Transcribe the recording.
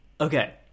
Okay